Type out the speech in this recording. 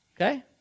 Okay